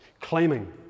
claiming